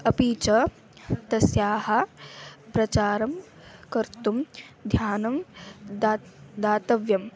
अपि च तस्य प्रचारं कर्तुं ध्यानं दात् दातव्यम्